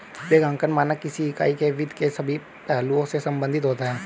लेखांकन मानक किसी इकाई के वित्त के सभी पहलुओं से संबंधित होता है